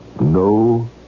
No